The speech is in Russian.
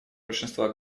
большинства